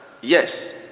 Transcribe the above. yes